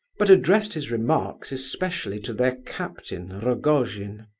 but addressed his remarks especially to their captain, rogojin.